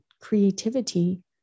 creativity